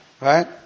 right